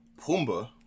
Pumbaa